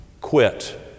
quit